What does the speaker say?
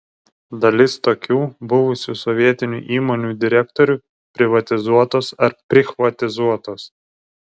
dalis tokių buvusių sovietinių įmonių direktorių privatizuotos ar prichvatizuotos